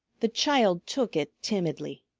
the child took it timidly.